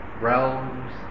realms